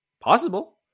Possible